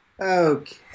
Okay